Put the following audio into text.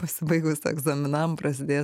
pasibaigus egzaminam prasidės